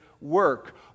work